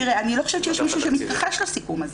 תראה, אני לא חושבת שיש מישהו שמתכחש לסיכום הזה.